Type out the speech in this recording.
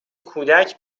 کودک